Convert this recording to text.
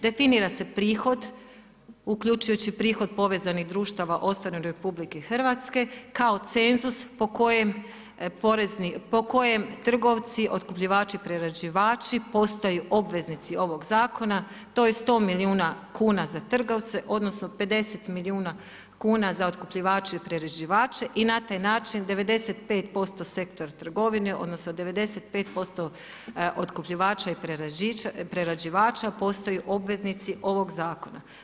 Definira se prihod uključujući prihod povezanih društava ostvarenih u RH kao cenzus po kojem trgovci, otkupljivači, priređivači postaju obveznici ovog zakona, to je 100 milijuna kuna za trgovce odnosno 50 milijuna kuna za otkupljivače i priređivače i na taj način 95% sektora trgovine odnosno 95% otkupljivača i priređivača postaju obveznici ovog zakona.